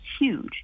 huge